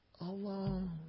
alone